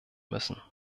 müssen